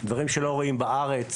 דברים שלא רואים בארץ,